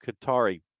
Qatari